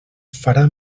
farà